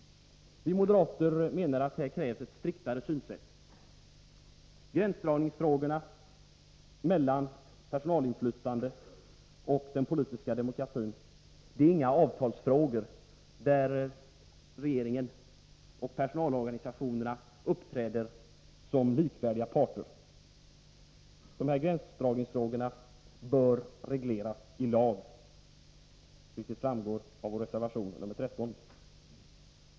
Vi moderater menar att det här krävs ett striktare synsätt. Frågorna om gränsdragning mellan personalinflytandet och den politiska demokratin är inga avtalsfrågor, i vilkas behandling regeringen och personalorganisationerna uppträder som likvärdiga parter. Vi anser att gränsdragningsfrågorna bör regleras i lag, vilket framgår av reservation nr 13.